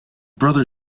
brother